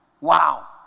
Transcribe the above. Wow